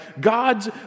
God's